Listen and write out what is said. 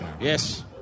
Yes